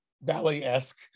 ballet-esque